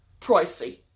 Pricey